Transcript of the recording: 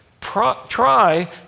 try